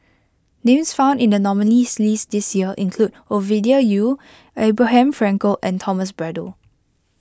names found in the nominees' list this year include Ovidia Yu Abraham Frankel and Thomas Braddell